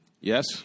Yes